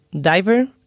diver